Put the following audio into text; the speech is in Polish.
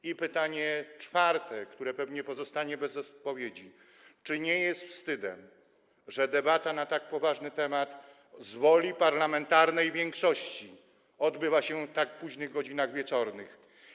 I pytanie czwarte, które pewnie pozostanie bez odpowiedzi: Czy nie jest wstydem, że debata na tak poważny temat z woli parlamentarnej większości odbywa się w tak późnych godzinach wieczornych?